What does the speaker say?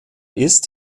ist